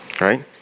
Right